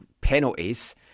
penalties